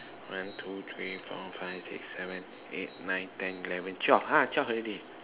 one two three four five six seven eight nine ten eleven twelve ha twelve already